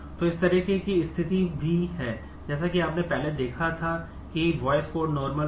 तो इस तरह की स्थिति भी है जैसा कि आपने पहले देखा था यह भी बॉयस कॉड नार्मल फॉर्म